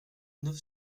neuf